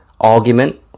argument